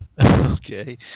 Okay